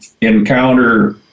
encounter